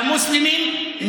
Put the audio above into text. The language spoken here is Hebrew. למוסלמים.